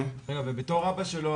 בתור אבא שלו,